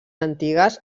antigues